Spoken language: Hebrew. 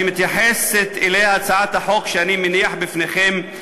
שאליה מתייחסת הצעת החוק שאני מניח בפניכם,